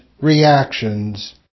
reactions